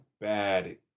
bad